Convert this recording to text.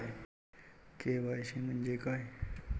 KYC म्हंजे काय?